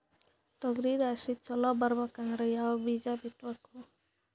ತೊಗರಿ ರಾಶಿ ಚಲೋ ಬರಬೇಕಂದ್ರ ಯಾವ ಬೀಜ ಬಿತ್ತಬೇಕು?